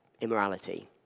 immorality